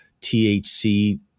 THC